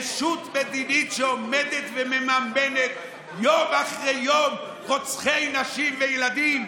ישות מדינית שעומדת ומממנת יום אחרי יום רוצחי נשים וילדים.